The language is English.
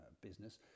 business